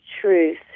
truth